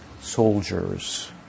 soldiers